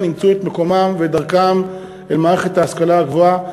ימצאו את מקומן ואת דרכן אל מערכת ההשכלה הגבוהה.